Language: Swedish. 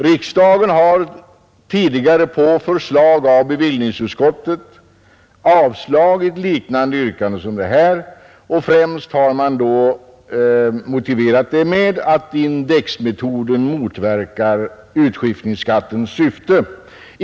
Riksdagen har tidigare på förslag av bevillningsutskottet avslagit liknande yrkanden som det i dag, och det har man främst motiverat med att indexmetoden motverkar utskiftningsskattens syfte.